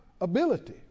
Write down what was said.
ability